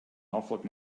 noflik